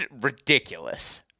ridiculous